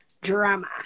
drama